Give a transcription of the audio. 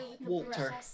Walter